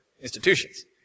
institutions